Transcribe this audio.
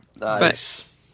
Nice